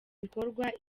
bikorwa